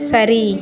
சரி